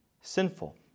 sinful